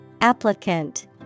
Applicant